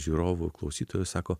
žiūrovų klausytojų sako